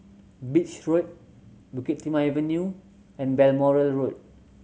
Beach Road Bukit Timah Avenue and Balmoral Road